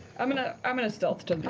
i'm going ah i'm going to stealth to